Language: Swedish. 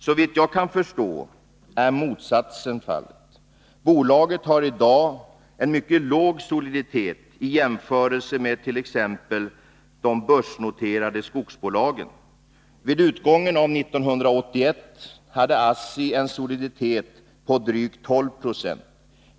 Såvitt jag kan förstå är motsatsen fallet. Bolaget har i dag en mycket låg soliditet i jämförelse med t.ex. de börsnoterade skogsbolagen. Vid utgången av 1981 hade ASSI en soliditet på drygt 12 96.